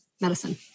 medicine